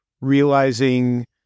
realizing